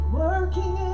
working